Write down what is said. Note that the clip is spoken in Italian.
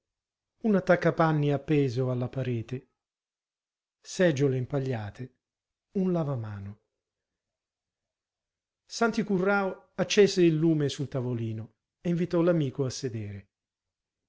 un attaccapanni appeso alla parete seggiole impagliate un lavamano santi currao accese il lume sul tavolino e invitò l'amico a sedere